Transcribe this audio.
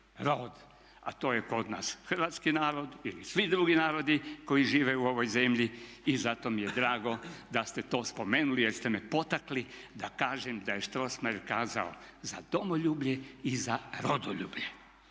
rod, a to je kod nas hrvatski narod ili svi drugi narodi koji žive u ovoj zemlji. I zato mi je drago da ste to spomenuli jer ste me potakli da kažem da je Strossmayer kazao za domoljublje i za rodoljublje.